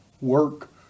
work